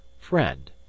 FRIEND